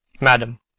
Madam